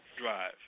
drive